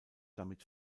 damit